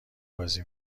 بازی